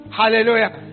hallelujah